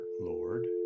Lord